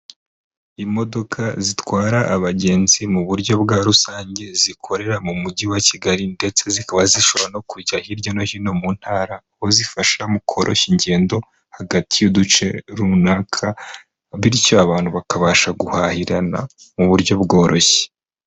Imodoka zitwara abagenzi mu buryo bwa rusange zikorera mu mujyi wa Kigali ndetse zikaba zishobora no kujya hirya no hino mu ntara, aho uzifasha mu koroshya ingendo hagati y'uduce runaka bityo abantu bakabasha guhahirana mu buryo bworoshye.